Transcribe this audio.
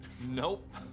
Nope